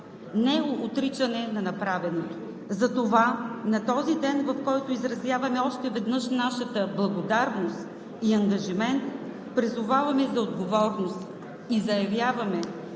не отричане на направеното. Затова на този ден, в който изразяваме още веднъж нашата благодарност и ангажимент, призоваваме за отговорност и заявяваме,